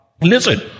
Listen